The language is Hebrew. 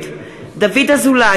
נגד דוד אזולאי,